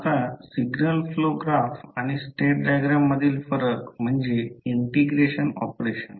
आता signal flow graph आणि state diagram मधील फरक म्हणजे इंटिग्रेशन ऑपरेशन